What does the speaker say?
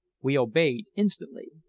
we obeyed instantly.